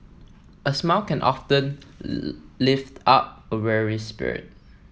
a smile can often lift up a weary spirit